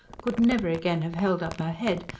could never again have held up her head,